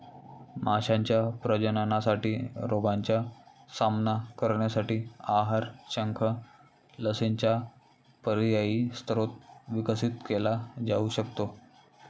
माशांच्या प्रजननासाठी रोगांचा सामना करण्यासाठी आहार, शंख, लसींचा पर्यायी स्रोत विकसित केला जाऊ शकतो